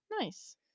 Nice